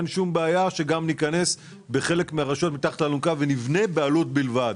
אין שום בעיה שגם ניכנס בחלק מהרשויות מתחת לאלונקה ונבנה בעלות בלבד.